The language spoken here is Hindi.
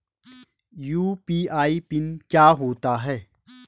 यु.पी.आई पिन क्या होता है?